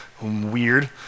Weird